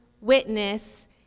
witness